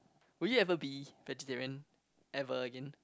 would you have to be vegetarian ever again